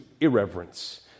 irreverence